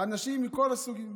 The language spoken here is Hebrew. אנשים מכל הסוגים.